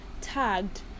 tagged